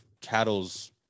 cattle's